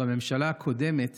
בממשלה הקודמת